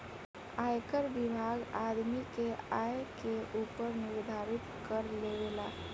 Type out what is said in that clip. आयकर विभाग आदमी के आय के ऊपर निर्धारित कर लेबेला